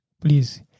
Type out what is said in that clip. please